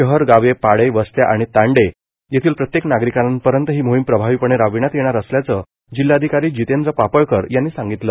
शहर गावे पाडे वस्त्या आणि तांडे येथील प्रत्येक नागरिकापर्यंत ही मोहीम प्रभावीपणे राबविण्यात येणार असल्याचे जिल्हाधिकारी जितेंद्र पापळकर यांनी सांगितले